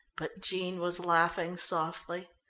but jean was laughing softly.